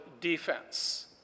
defense